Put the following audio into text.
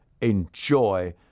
enjoy